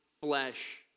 flesh